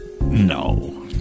No